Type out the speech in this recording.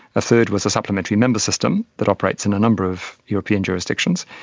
a third was a supplementary member system that operates in a number of european jurisdictions,